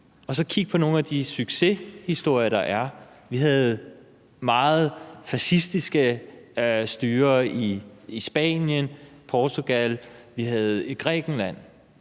og så kigge på nogle af de succeshistorier, der er. Vi havde meget fascistiske styrer i Spanien, Portugal og Grækenland,